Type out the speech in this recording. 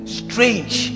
strange